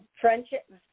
Friendship